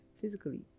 physically